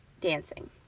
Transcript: dancing